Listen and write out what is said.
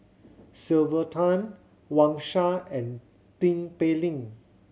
Sylvia Tan Wang Sha and Tin Pei Ling